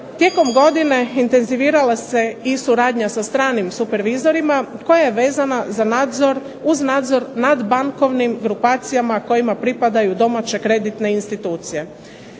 Tijekom godine intenzivirala se i suradnja sa stranim super vizorima koja je vezana uz nadzor nad bankovnim grupacijama kojima pripadaju domaće kreditne institucije.